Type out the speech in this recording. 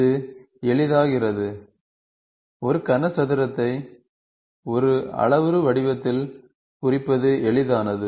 இது எளிதாகிறது ஒரு கனசதுரத்தை ஒரு அளவுரு வடிவத்தில் குறிப்பது எளிதானது